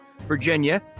Virginia